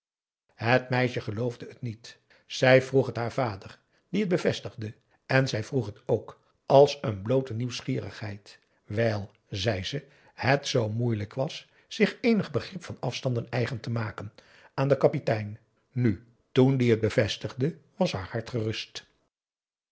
het meisje geloofde het niet zij vroeg het haar vader die het bevestigde en zij vroeg het ook als een bloote nieuwsgierigheid wijl zei ze het zoo moeilijk was zich eenig begrip van afstanden eigen te maken aan den kapitein nu toen die het bevestigde was haar hart gerust